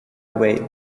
away